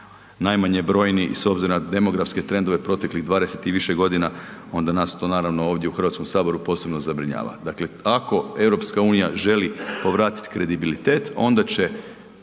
najmanje brojni i s obzirom na demografske trendove proteklih 20 i više godina onda nas to naravno ovdje u Hrvatskom saboru posebno zabrinjava. Dakle, ako EU želi povratit kredibilitet onda će